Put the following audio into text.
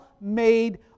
made